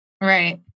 Right